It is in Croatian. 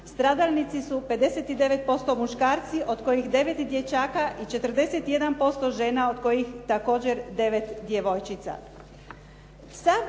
Stradalnici su 59% muškarci od kojih 9 dječaka i 41% žena od kojih također 9 djevojčica.